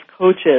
coaches